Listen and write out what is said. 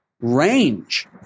range